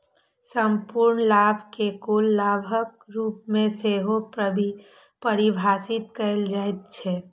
संपूर्ण लाभ कें कुल लाभक रूप मे सेहो परिभाषित कैल जाइ छै